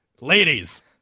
Ladies